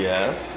Yes